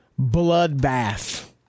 bloodbath